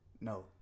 No